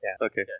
Okay